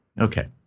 Okay